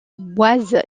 boise